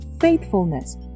faithfulness